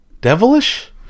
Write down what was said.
devilish